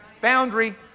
Boundary